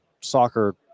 soccer